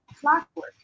Clockwork